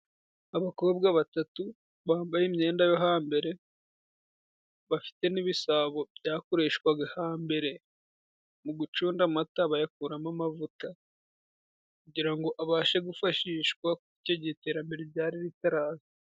Abakobwa batatu bambaye imyenda yo hambere, bafite n'ibisabo byakoreshwaga hambere mu gucunda amata bayakuramo amavuta, kugira ngo abashe kwifashishwa kuko icyo gihe iterambere ryari ritaraza.